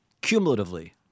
cumulatively